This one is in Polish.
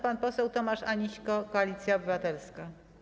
Pan poseł Tomasz Aniśko, Koalicja Obywatelska.